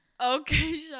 okay